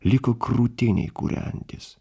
liko krūtinėj kūrentis